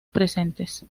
presentes